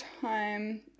time